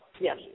Yes